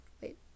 wait